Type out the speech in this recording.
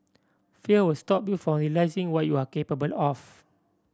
fear will stop you from realising what you are capable of